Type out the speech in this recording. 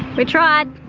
we tried.